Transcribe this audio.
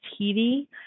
TV